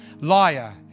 liar